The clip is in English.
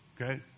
Okay